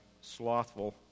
slothful